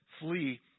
flee